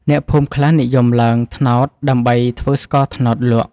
អ្នកភូមិខ្លះនិយមឡើងត្នោតដើម្បីធ្វើស្ករត្នោតលក់។